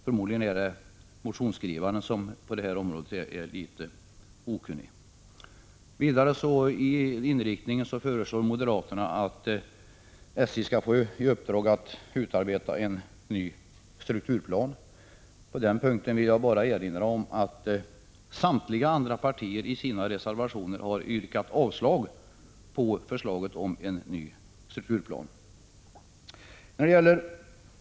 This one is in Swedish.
Förmodligen är det så att motionsskrivarna är litet okunniga på detta område. Vidare beträffande inriktningen föreslår moderaterna att SJ skall få i uppdrag att utarbeta en ny strukturplan. På den punkten vill jag bara erinra om att samtliga övriga partier i sina reservationer har yrkat avslag på förslaget om en ny strukturplan.